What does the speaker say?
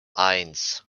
eins